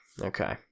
Okay